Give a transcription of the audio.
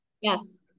Yes